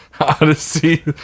Odyssey